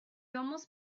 almost